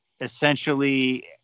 essentially